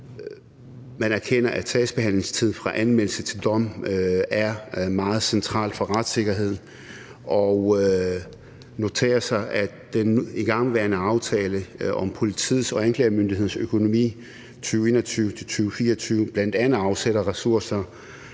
man erkender, at sagsbehandlingstiden fra anmeldelse til dom er meget central for retssikkerheden, og vi noterer os, at den igangværende aftale om politiets og anklagemyndighedens økonomi 2021-2024 bl.a. afsætter ressourcer